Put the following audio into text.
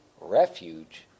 refuge